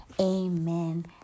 Amen